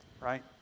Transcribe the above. right